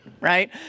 right